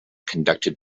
conducted